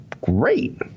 great